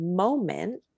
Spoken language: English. Moment